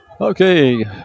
Okay